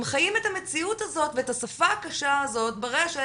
הם חיים את המציאות הזאת ואת השפה הקשה הזאת ברשת,